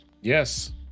Yes